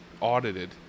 audited